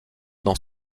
dans